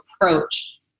approach